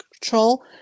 control